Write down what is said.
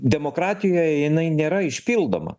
demokratijoj jinai nėra išpildoma